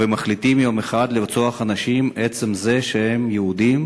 ומחליטים יום אחד לרצוח אנשים מעצם זה שהם יהודים,